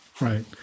Right